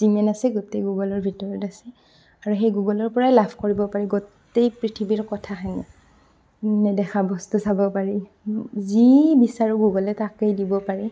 যিমান আছে গোটেই গুগলৰ ভিতৰত আছে আৰু সেউ গুগলৰ পৰাই লাভ কৰিব পাৰি গোটেই পৃথিৱীৰ কথাখিনি নেদেখা বস্তু চাব পাৰি যি বিচাৰোঁ গুগলে তাকেই দিব পাৰে